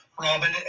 robin